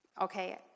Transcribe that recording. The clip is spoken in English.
Okay